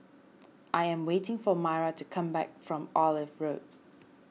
I am waiting for Myra to come back from Olive Road